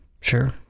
Sure